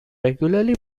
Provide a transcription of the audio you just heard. regularly